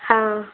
ಹಾಂ